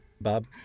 Bob